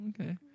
okay